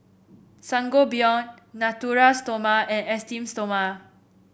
Sangobion Natura Stoma and Esteem Stoma